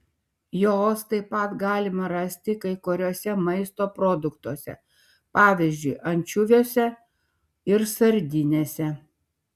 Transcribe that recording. jos taip pat galima rasti kai kuriuose maisto produktuose pavyzdžiui ančiuviuose ir sardinėse